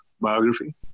biography